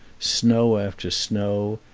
snow after snow,